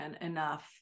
enough